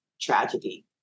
tragedy